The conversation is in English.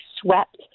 swept